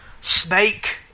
Snake